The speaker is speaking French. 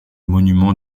monuments